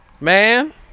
Man